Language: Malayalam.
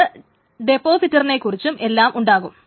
അവിടെ ഡെപ്പോസിറ്ററിനെക്കുറിച്ചും എല്ലാം ഉണ്ടാകും